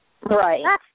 Right